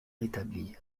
rétablie